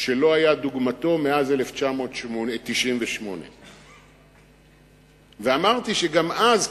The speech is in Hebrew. שלא היה כדוגמתו מאז 1998. ואמרתי שגם אז,